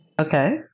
Okay